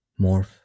morph